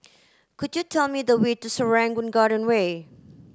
could you tell me the way to Serangoon Garden Way